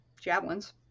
javelins